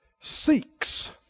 Seeks